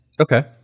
Okay